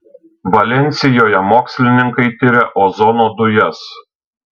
valensijoje mokslininkai tiria ozono dujas